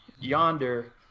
yonder